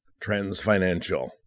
transfinancial